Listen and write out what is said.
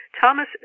Thomas